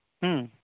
ᱦᱩᱸ